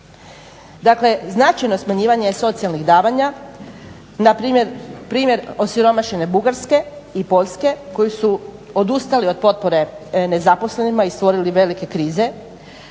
Dakle značajno smanjivanje socijalnih davanja, primjer osiromašene Bugarske i Poljske koje su odustale od potpore nezaposlenima i stvorili velike krize,